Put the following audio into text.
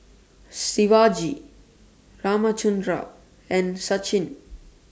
Shivaji Ramchundra and Sachin